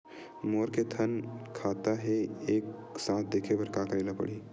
मोर के थन खाता हे एक साथ देखे बार का करेला पढ़ही?